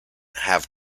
have